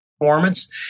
Performance